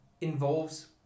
involves